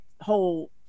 whole